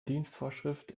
dienstvorschrift